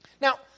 Now